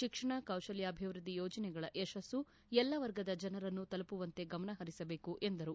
ಶಿಕ್ಷಣ ಕೌಶಲ್ಯಾಭಿವೃದ್ಧಿ ಯೋಜನೆಗಳ ಯಶಸ್ಸು ಎಲ್ಲಾ ವರ್ಗದ ಜನರನ್ನು ತಲುಪುವಂತೆ ಗಮನಹರಿಸಬೇಕು ಎಂದರು